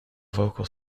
vocal